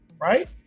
Right